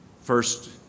first